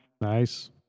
Nice